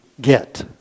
get